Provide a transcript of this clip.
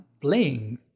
playing